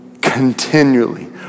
continually